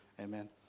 Amen